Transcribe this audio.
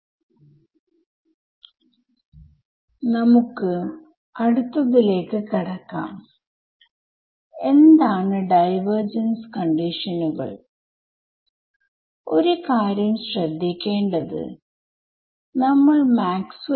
അടിസ്ഥാനപരമായി സ്പേസിലും ടൈമിലുംഫൈനൈറ്റ് ഡിഫറെൻസ് ടൈം ഡോമെയിൻ മെത്തോഡുകൾ എങ്ങനെയാണ് നിങ്ങൾ കൈകാര്യം ചെയ്യുന്നത് എന്ന് നമ്മൾ കണ്ടു കഴിഞ്ഞു